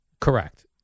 Correct